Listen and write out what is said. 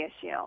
issue